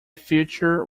future